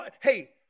hey